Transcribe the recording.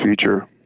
future